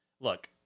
look